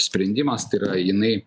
sprendimas tai yra jinai